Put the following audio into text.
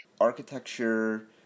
Architecture